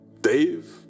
Dave